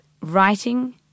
writing